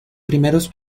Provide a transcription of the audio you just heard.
primeros